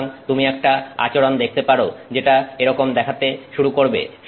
সুতরাং তুমি একটা আচরণ দেখতে পারো যেটা এরকম দেখাতে শুরু করবে